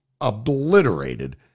obliterated